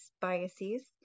biases